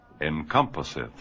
encompasseth